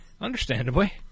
Understandably